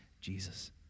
Jesus